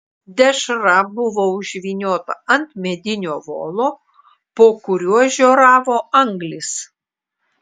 dešra buvo užvyniota ant medinio volo po kuriuo žioravo anglys